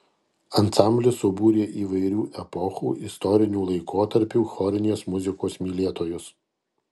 ansamblis subūrė įvairių epochų istorinių laikotarpių chorinės muzikos mylėtojus